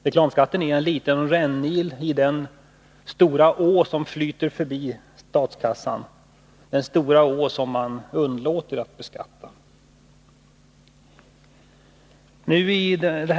Reklamen är en liten rännil i den stora å som flyter förbi statskassan, den stora å som man underlåter att beskatta hårdare.